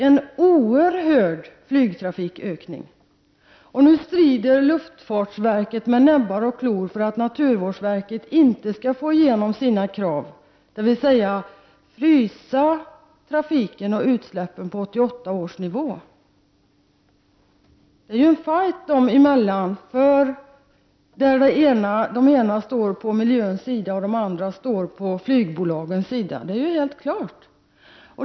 Ökningen där är oerhört stor. Nu strider luftfartsverket med näbbar och klor för att naturvårdsverket inte skall få igenom sina krav, dvs. att frysa flygtrafiken och utsläppen på 1988 års nivå. Det är en fight mellan de båda verken. Det ena står på miljöns sida och det andra på flygbolagens sida. Så är det helt klart.